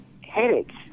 headaches